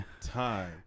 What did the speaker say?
time